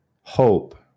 hope